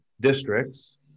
districts